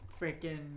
freaking